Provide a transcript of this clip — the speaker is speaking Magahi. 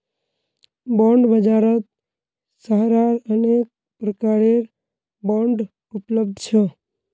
बॉन्ड बाजारत सहारार अनेक प्रकारेर बांड उपलब्ध छ